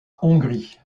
hongrie